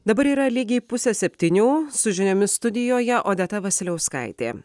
dabar yra lygiai pusė septynių su žiniomis studijoje odeta vasiliauskaitė